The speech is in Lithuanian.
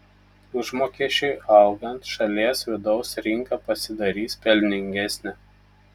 užmokesčiui augant šalies vidaus rinka pasidarys pelningesnė